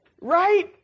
Right